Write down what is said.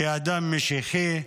כאדם משיחי,